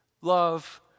Love